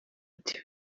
ati